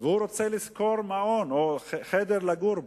והוא רוצה לשכור מעון או חדר לגור בו.